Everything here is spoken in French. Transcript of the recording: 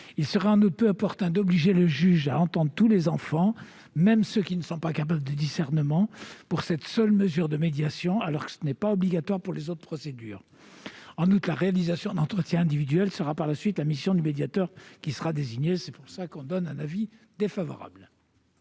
il serait peu opportun d'obliger le juge à entendre tous les enfants, même ceux qui ne sont pas capables de discernement, pour cette seule mesure de médiation, alors que ce n'est pas obligatoire pour les autres procédures. Enfin, la réalisation d'entretiens individuels sera par la suite la mission du médiateur qui sera désigné. L'avis est donc défavorable.